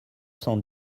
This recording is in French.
cent